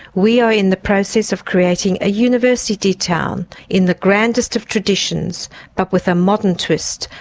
we are in the process of creating a university town in the grandest of traditions but with a modern twist,